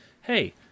Hey